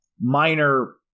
minor